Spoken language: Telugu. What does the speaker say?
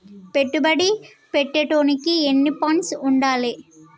పెట్టుబడి పెట్టేటోనికి ఎన్ని ఫండ్స్ ఉండాలే?